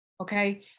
okay